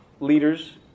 leaders